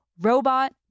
Robot